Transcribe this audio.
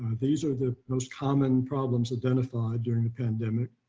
these are the most common problems identified during the pandemic.